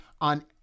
on